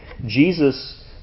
Jesus